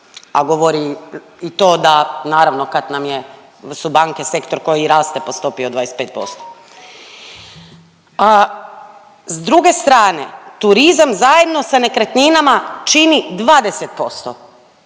a govori i to da naravno kad su banke sektor koji raste po stopi od 25%. S druge strane turizam zajedno sa nekretninama čini 20%,